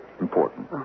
important